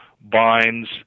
binds